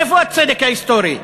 איפה הצדק ההיסטורי?